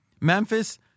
Memphis